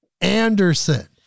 Anderson